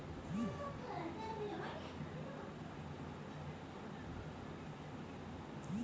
সরকারের থ্যাইকে বিভিল্ল্য রকমের পলিসি আর পরিষেবা চাষের জ্যনহে পাউয়া যায়